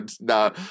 No